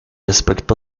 aspecto